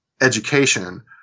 education